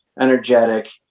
energetic